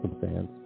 circumstance